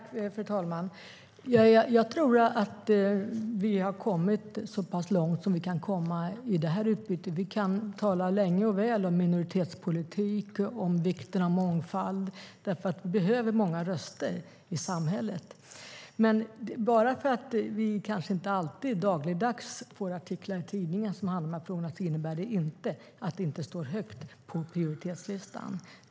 Fru talman! Jag tror att vi har kommit så pass långt som vi kan komma i det här utbytet. Vi kan tala länge och väl om minoritetspolitik och vikten av mångfald, för vi behöver många röster i samhället. Men bara för att vi kanske inte alltid, dagligdags, får artiklar i tidningarna som handlar om dessa frågor innebär det inte att de inte står högt på prioritetslistan.